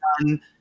done